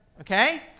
okay